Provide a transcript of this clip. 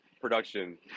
production